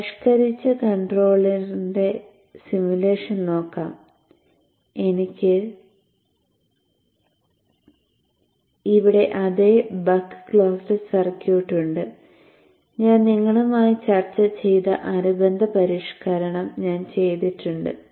ഈ പരിഷ്കരിച്ച കൺട്രോളറിന്റെ സിമുലേഷൻ നോക്കാം എനിക്ക് ഇവിടെ അതേ ബക്ക് ക്ലോസ്ഡ് സർക്യൂട്ട് ഉണ്ട് ഞാൻ നിങ്ങളുമായി ചർച്ച ചെയ്ത അനുബന്ധ പരിഷ്ക്കരണം ഞാൻ ചെയ്തിട്ടുണ്ട്